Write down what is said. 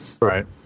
Right